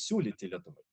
siūlyti lietuvai